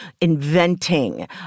inventing